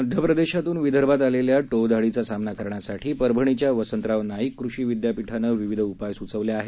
मध्य प्रदेशातून विदर्भात आलेल्या टोळधाडीचा सामना करण्यासाठी परभणीच्या वसंतराव नाईक कृषी विद्यापीठानं विविध उपाय सुचवले आहेत